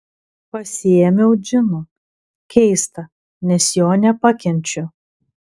pasiėmiau džino keista nes jo nepakenčiu